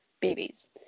Babies